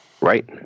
Right